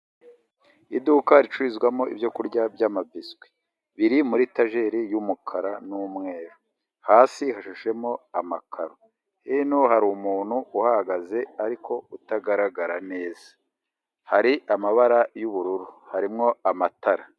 Iduka ricururizwamo ibyo kurya byamabiswi, biri muri etajeri y'umukara n'umweru, hasi hashashemo amakaro, hepfo hari umuntu uhahagaze, ariko utagaragara neza, hari amabara y'ubururu harimo amatara.